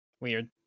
Weird